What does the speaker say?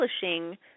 publishing –